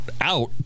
out